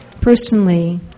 personally